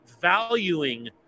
valuing